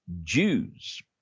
Jews